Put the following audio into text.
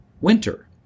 winter